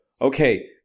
okay